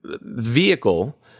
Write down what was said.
vehicle